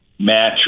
Match